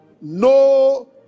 No